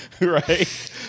right